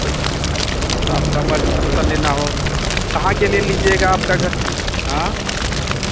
और आपका मर्ज़ी जो सा लेना हो कहाँ के लिए लीजिएगा आपका घर हाँ